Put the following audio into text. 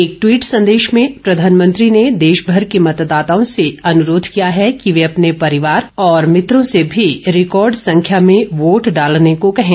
एक ट्वीट संदेश में प्रधानमंत्री ने देशभर के मतदाताओं से अनुरोध किया कि वे अपने परिवार और मित्रों से भी रिकॉर्ड संख्या में वोट डालने को कहें